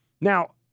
Now